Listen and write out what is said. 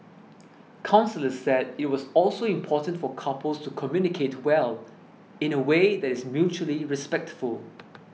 counsellors said it was also important for couples to communicate well in away that is mutually respectful